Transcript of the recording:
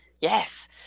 Yes